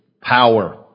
power